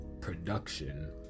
production